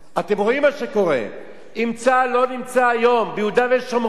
אתם רואים מה שקורה: אם צה"ל לא נמצא היום ביהודה ושומרון,